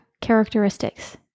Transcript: characteristics